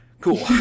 Cool